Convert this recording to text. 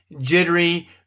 jittery